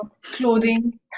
clothing